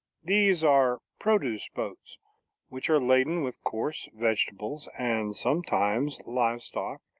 these are produce-boats, which are laden with coarse vegetables and sometimes live stock,